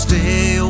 Stay